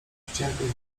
ściętych